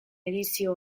edizio